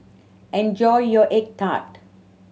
enjoy your egg tart